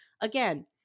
again